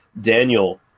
Daniel